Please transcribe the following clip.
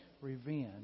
revenge